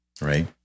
right